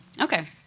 Okay